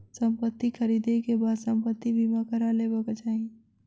संपत्ति ख़रीदै के बाद संपत्ति बीमा करा लेबाक चाही